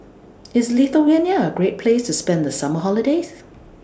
IS Lithuania A Great Place to spend The Summer holidays